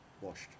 Washed